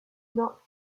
not